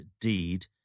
deed